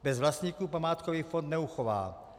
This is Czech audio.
Bez vlastníků památkový fond neuchová.